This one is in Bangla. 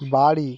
বাড়ি